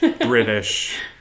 British